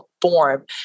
form